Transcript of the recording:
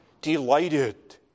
delighted